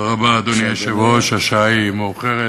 אדוני היושב-ראש, תודה רבה, השעה מאוחרת